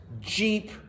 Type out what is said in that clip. Jeep